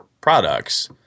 products